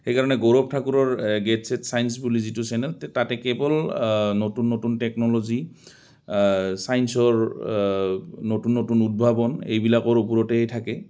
সেইকাৰণে গৌৰৱ ঠাকুৰৰ গেট ছেট ছায়েন্স বুলি যিটো চেনেল তাতে কেৱল নতুন নতুন টেকন'লজি ছায়েন্সৰ নতুন নতুন উদ্ভাৱন এইবিলাকৰ ওপৰতেই থাকে